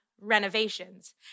renovations